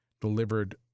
delivered